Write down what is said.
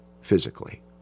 physically